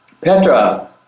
Petra